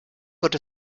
wird